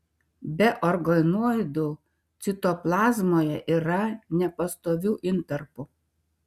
be organoidų citoplazmoje yra nepastovių intarpų